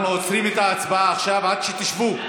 אנחנו עוצרים את ההצבעה עכשיו עד שתשבו.